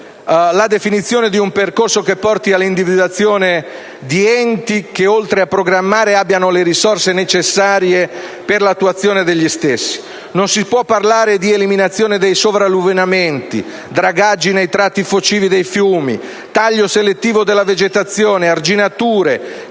la definizione di un percorso che porti all'individuazione di enti che, oltre a programmare interventi, abbiano le risorse necessarie per l'attuazione degli stessi. Non si può parlare di eliminazione dei sovralluvionamenti, di dragaggi nei tratti focivi dei fiumi, di taglio selettivo della vegetazione, di arginature,